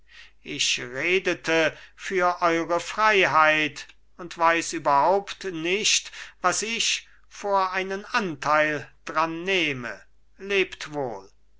ich redete für eure freiheit und weiß überhaupt nicht was ich vor einen anteil dran nehme lebt wohl